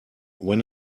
when